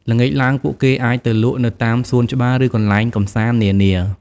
ល្ងាចឡើងពួកគេអាចទៅលក់នៅតាមសួនច្បារ ឬកន្លែងកម្សាន្តនានា។